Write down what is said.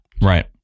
Right